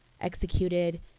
executed